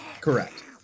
correct